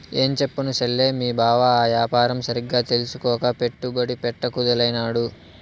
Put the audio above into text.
ఏంచెప్పను సెల్లే, మీ బావ ఆ యాపారం సరిగ్గా తెల్సుకోక పెట్టుబడి పెట్ట కుదేలైనాడు